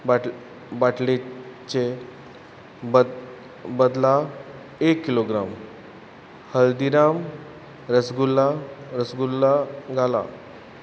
बाट बाटलेचे बद बदला एक किलोग्राम हल्दिराम रसगुल्ला रसगुल्ला घाला